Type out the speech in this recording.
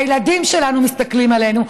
הילדים שלנו מסתכלים עלינו,